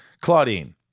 claudine